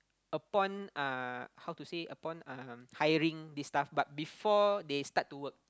upon uh how to say upon um hiring this staff but before they start to work